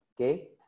Okay